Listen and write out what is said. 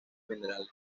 minerales